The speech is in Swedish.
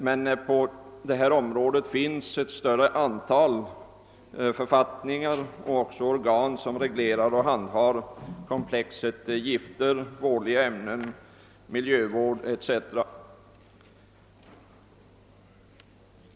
Men på detta område finns ett större antal författningar och även organ som reglerar och handhar komplexet gifter, vådliga ämnen, miljövård etc.